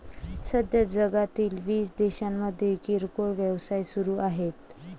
सध्या जगातील वीस देशांमध्ये किरकोळ व्यवसाय सुरू आहेत